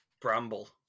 Bramble